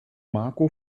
marco